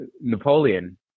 Napoleon